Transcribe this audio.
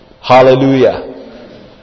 Hallelujah